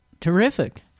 Terrific